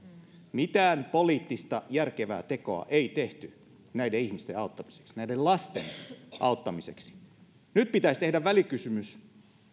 mitään poliittista järkevää tekoa ei tehty näiden ihmisten auttamiseksi näiden lasten auttamiseksi nyt pitäisi tehdä välikysymys